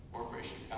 Corporation